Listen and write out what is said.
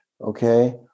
Okay